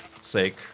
sake